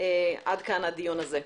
עד כאן הדיון הזה.